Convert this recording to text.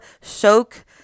soak